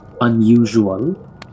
unusual